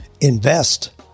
invest